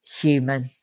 human